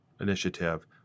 Initiative